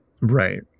Right